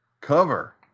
cover